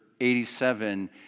87